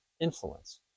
influence